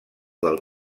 del